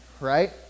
right